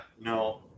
No